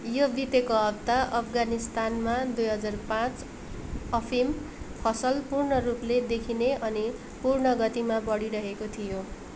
यो बितेको हप्ता अफगानिस्तानमा दुई हजार पाँच अफिम फसल पूर्ण रूपले देखिने अनि पूर्ण गतिमा बडिरहेको थियो